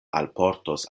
alportos